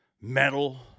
metal